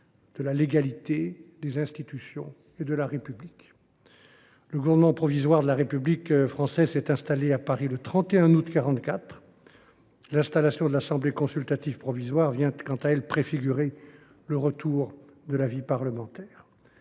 de la légalité et des institutions républicaines. Le Gouvernement provisoire de la République française s’est installé à Paris le 31 août 1944. L’Assemblée consultative provisoire vient quant à elle préfigurer le retour de la vie parlementaire.